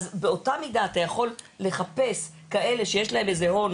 באותה מידה אתה יכול לחפש כאלה שיש להם איזה הון.